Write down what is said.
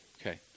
Okay